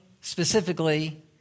specifically